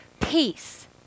peace